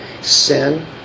sin